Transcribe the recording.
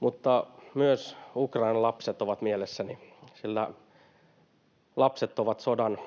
Mutta myös Ukrainan lapset ovat mielessäni, sillä lapset ovat sodan